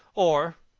or,